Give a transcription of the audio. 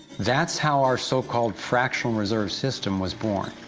that's how our so-called fractional reserve system was born.